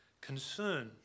concern